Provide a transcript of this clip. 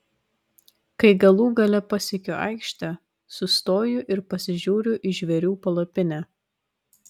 kai galų gale pasiekiu aikštę sustoju ir pasižiūriu į žvėrių palapinę